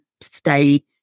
stay